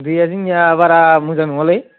दैया जोंनिया बारा मोजां नङालै